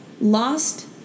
lost